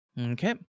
Okay